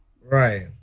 Right